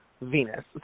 venus